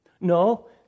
No